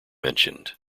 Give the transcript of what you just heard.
mentioned